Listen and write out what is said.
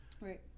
Right